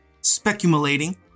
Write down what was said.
speculating